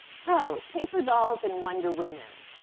so, paper dolls and wonder women